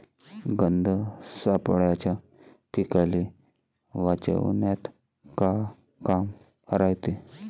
गंध सापळ्याचं पीकाले वाचवन्यात का काम रायते?